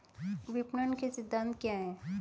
विपणन के सिद्धांत क्या हैं?